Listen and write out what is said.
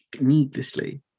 Needlessly